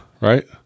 right